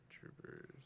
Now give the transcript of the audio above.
Troopers